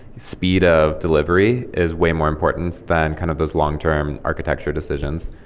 speed of delivery is way more important than kind of those long-term architecture decisions